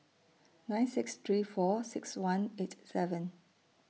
nine six three four six one eight seven